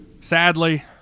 sadly